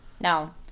No